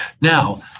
Now